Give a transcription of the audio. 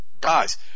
Guys